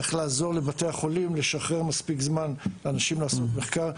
איך לעזור לבתי החולים לשחרר מספיק זמן לאנשים לעשות מחקר.